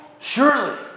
Surely